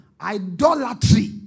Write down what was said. idolatry